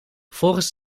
volgens